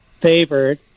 favored